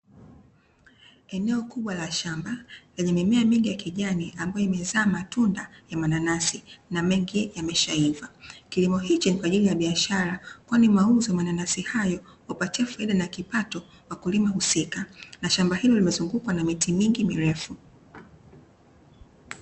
Eneo kubwa la shamba lenye mimea mingi ya kijani ambayo imezaa matunda ya mananasi, na mengi yameshaiva, kilimo hichi ni kwa ajili ya biashara kwani mauzo ya mananasi hayo hupatia faida na kipato kwa mkulima husika, na shamba hili limezungukwa na miti mingi mirefu.